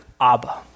Abba